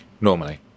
normally